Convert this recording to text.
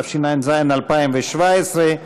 התשע"ז 2017,